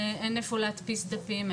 אין איפה להדפיס דפים,